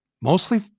mostly